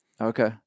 Okay